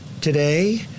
today